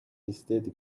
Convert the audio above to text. hesitate